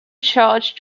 charge